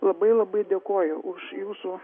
labai labai dėkoju už jūsų